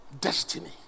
destiny